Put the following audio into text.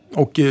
och